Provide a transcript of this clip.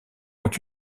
ont